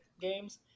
games